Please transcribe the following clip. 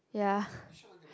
yeah